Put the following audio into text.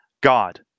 God